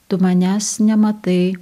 tu manęs nematai